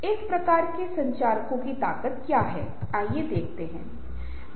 समूह को अपनेपन की भावना कैसे दें